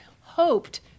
hoped